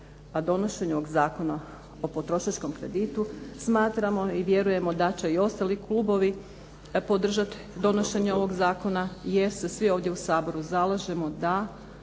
će donošenje ovog Zakona o potrošačkom kreditu. Smatramo i vjerujemo da će i ostali klubovi podržati donošenje ovog zakona jer se svi ovdje u Saboru zalažemo da